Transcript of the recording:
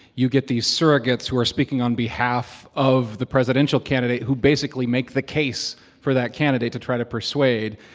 you get these surrogates who are speaking on behalf of the presidential candidate, who basically make the case for that candidate to try to persuade.